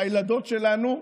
שהילדות שלנו,